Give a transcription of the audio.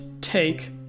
take